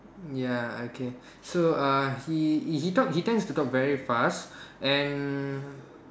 ya okay so uh he he talk he tends to talk very fast and